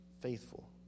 faithful